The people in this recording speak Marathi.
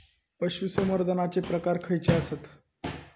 पशुसंवर्धनाचे प्रकार खयचे आसत?